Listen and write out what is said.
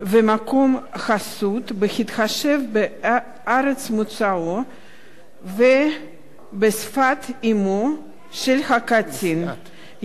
ומקום חסות בהתחשב בארץ מוצאו ובשפת אמו של הקטין).